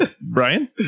Brian